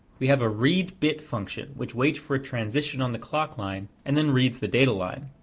we have a read bit function which wait for a transition on the clock line and then reads the data line.